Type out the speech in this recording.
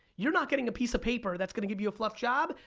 you're not getting a piece of paper that's gonna give you a fluff job.